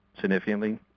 significantly